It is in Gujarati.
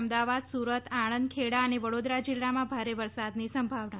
અમદાવાદ સુરત આણંદ ખેડા અને વડોદરા જીલ્લામાં ભારે વરસાદની સંભાવના છે